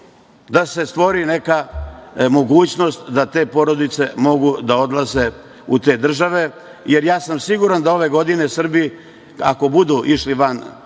da se stvori neka mogućnost da te porodice mogu da odlaze u te države. Jer, ja sam siguran da ove godine Srbi, ako i budu išli van